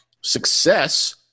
success